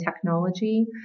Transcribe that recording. technology